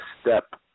step